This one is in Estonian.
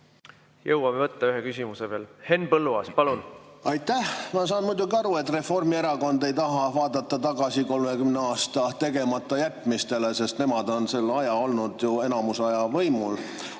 Jõuame võtta ühe küsimuse veel. Henn Põlluaas, palun! Aitäh! Ma saan muidugi aru, et Reformierakond ei taha vaadata tagasi 30 aasta tegematajätmistele, sest nemad on selle aja olnud ju enamus aega võimul.